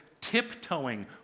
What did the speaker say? tiptoeing